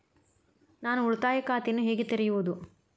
ನಾನು ಉಳಿತಾಯ ಖಾತೆಯನ್ನು ಹೇಗೆ ತೆರೆಯುವುದು?